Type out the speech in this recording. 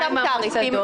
מעודכנים?